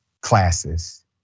classes